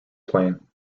plane